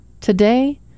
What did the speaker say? Today